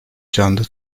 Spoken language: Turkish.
canlı